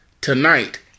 tonight